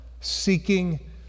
seeking